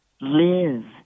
Live